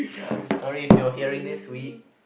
uh sorry if you're hearing this we